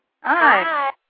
Hi